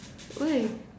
why